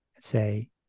say